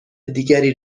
دیگری